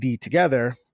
together